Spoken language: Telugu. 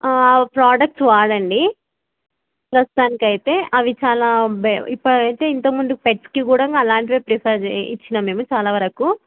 ప్రొడక్ట్స్ వాడండి ప్రస్తుతానికి అయితే అవి చాలా ఇప్పుడైతే ఇంతకు ముందు పెట్స్కి కూడాను మేము అలాంటివే ప్రిఫర్ చేసాను ఇచ్చినాము మేము చాలా వరకు